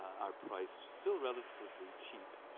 are priced still relatively cheap.